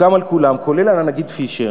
מוסכם על כולם, כולל על הנגיד פישר,